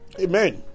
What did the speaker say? Amen